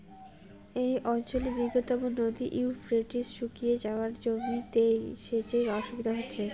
এই অঞ্চলের দীর্ঘতম নদী ইউফ্রেটিস শুকিয়ে যাওয়ায় জমিতে সেচের অসুবিধে হচ্ছে